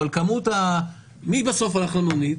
אבל מי בסוף הלך למלונית?